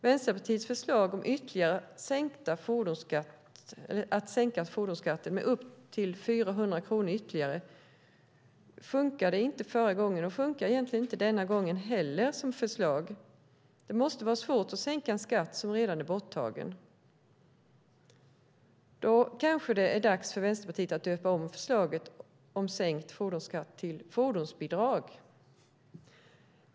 Vänsterpartiets förslag om att sänka fordonsskatten med upp till 400 kronor ytterligare funkade inte förra gången, och det funkar egentligen inte denna gång heller som förslag. Det måste vara svårt att sänka en skatt som redan är borttagen. Det kanske är dags för Vänsterpartiet att döpa om förslaget om sänkt fordonsskatt till fordonsbidrag.